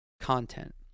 content